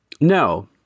No